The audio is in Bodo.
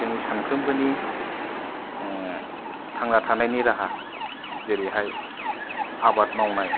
जोंनि सानफ्रोमबोनि थांना थानायनि राहा जेरै हाय आबाद मावनाय